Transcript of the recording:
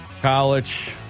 college